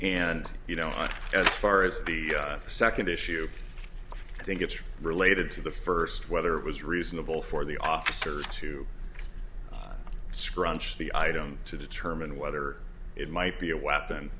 and you know as far as the second issue i think it's related to the first whether it was reasonable for the officers to scrunch the item to determine whether it might be a weapon